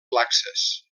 laxes